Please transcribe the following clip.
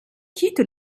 quitte